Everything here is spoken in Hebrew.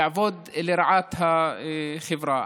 יעבוד לרעת החברה.